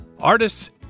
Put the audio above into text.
artists